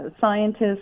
scientists